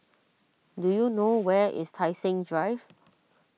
do you know where is Tai Seng Drive